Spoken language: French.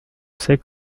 sait